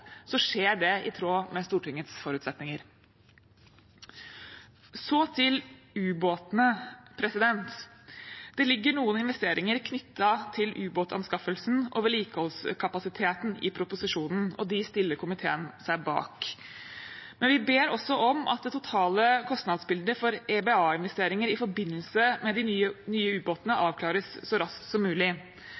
skjer det i tråd med Stortingets forutsetninger. Så til ubåtene: I proposisjonen ligger det noen investeringer knyttet til ubåtanskaffelsen og vedlikeholdskapasiteten, og dem stiller komiteen seg bak. Men vi ber også om at det totale kostnadsbildet for EBA-investeringer i forbindelse med de nye ubåtene avklares så raskt som mulig.